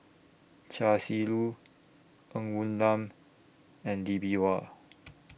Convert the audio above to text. Chia Shi Lu Ng Woon Lam and Lee Bee Wah